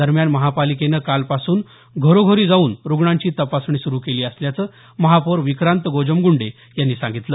दरम्यान महापालिकेनं कालपासून घरोघरी जाऊन रुग्णांची तपासणी सुरू केली असल्याचं महापौर विक्रांत गोजमगुंडे यांनी सांगितलं